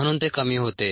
म्हणून ते कमी होते